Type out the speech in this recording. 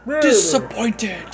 disappointed